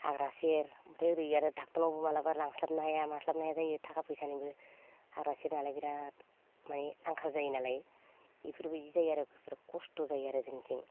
हाग्रा सेर ओमफ्राय ओरै आरो ड'क्टरावबो माब्लाबा लांस्लाबनो हाया मास्लाबनो हाया जायो थाखा फैसानिबो हाग्रा सेरनालाय बेराद मानि आंखाल जायोनालाय इफोरबायदि जायो आरो बेफोर खस्थ' जायो आरो जोंनिथिं